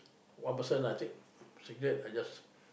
one person lah i take cigarette I just